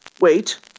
Wait